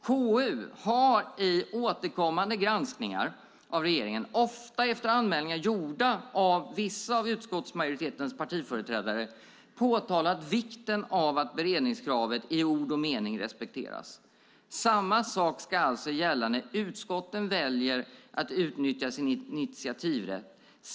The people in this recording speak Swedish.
KU har i återkommande granskningar av regeringen, ofta efter anmälningar gjorda av vissa av utskottsmajoritetens partiföreträdare, påtalat vikten av att beredningskravet i ord och mening respekteras. Samma sak ska alltså gälla när utskotten väljer att utnyttja sin initiativrätt.